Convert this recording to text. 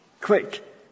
Quick